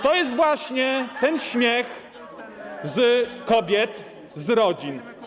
To jest właśnie ten śmiech z kobiet, z rodzin.